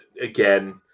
again